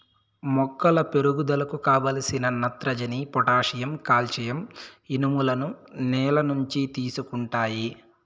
మొక్కల పెరుగుదలకు కావలసిన నత్రజని, పొటాషియం, కాల్షియం, ఇనుములను నేల నుంచి తీసుకుంటాయి